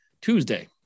tuesday